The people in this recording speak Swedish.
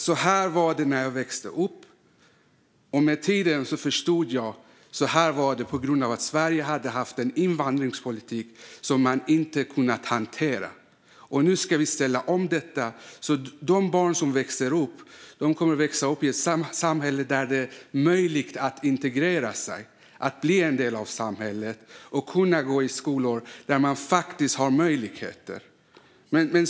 Så här var det när jag växte upp, och med tiden förstod jag att det var på grund av att Sverige hade haft en invandringspolitik som man inte kunnat hantera. Nu ska vi ställa om detta så att de barn som växer upp kommer att göra det i ett samhälle där det är möjligt att integrera sig, bli en del av samhället och gå i skolor där man faktiskt har möjligheter.